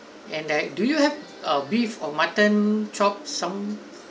and then do you have a beef or mutton chop some